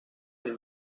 del